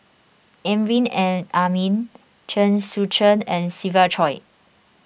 Amrin and Amin Chen Sucheng and Siva Choy